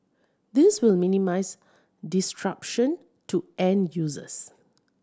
this will minimise disruption to end users